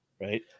right